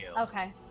Okay